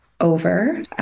over